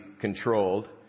controlled